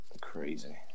Crazy